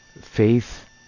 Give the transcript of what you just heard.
faith